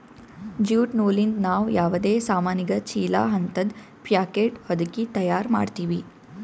jute ನೂಲಿಂದ್ ನಾವ್ ಯಾವದೇ ಸಾಮಾನಿಗ ಚೀಲಾ ಹಂತದ್ ಪ್ಯಾಕೆಟ್ ಹೊದಕಿ ತಯಾರ್ ಮಾಡ್ತೀವಿ